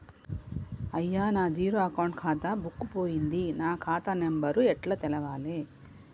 అయ్యా నా zero account ఖాతా బుక్కు పోయింది నా ఖాతా నెంబరు ఎట్ల తెలవాలే?